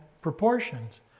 proportions